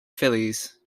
phillies